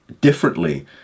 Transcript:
differently